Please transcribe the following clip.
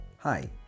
Hi